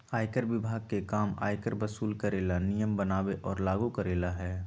आयकर विभाग के काम आयकर वसूल करे ला नियम बनावे और लागू करेला हई